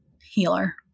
healer